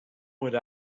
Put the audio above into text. would